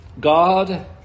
God